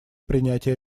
принятия